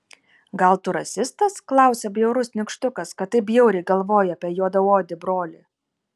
gal tu rasistas klausia bjaurus nykštukas kad taip bjauriai galvoji apie juodaodį brolį